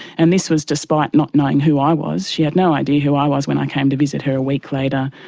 and this was despite not knowing who i was. she had no idea who i was when i came to visit her a week later.